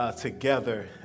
together